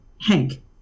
Hank